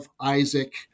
Isaac